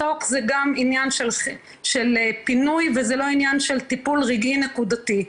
מסוק זה גם עניין של פינוי וזה לא עניין של טיפול רגעי נקודתי.